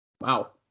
Wow